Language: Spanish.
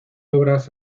obras